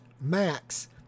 max